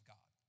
God